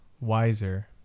wiser